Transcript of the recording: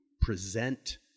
present